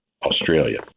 Australia